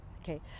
Okay